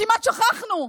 כמעט שכחנו,